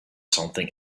something